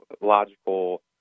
logical